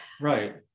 right